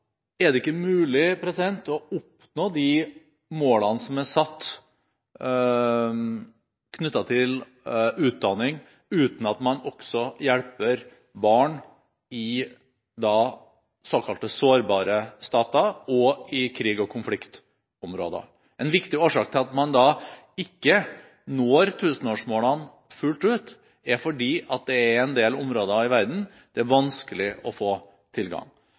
Det er ikke mulig å oppnå de målene som er satt knyttet til utdanning, uten at man også hjelper barn i såkalte sårbare stater og i krigs- og konfliktområder. En viktig årsak til at man ikke når tusenårsmålene fullt ut, er at det er en del områder i verden det er vanskelig å få tilgang